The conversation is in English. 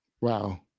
Wow